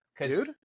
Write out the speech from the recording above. dude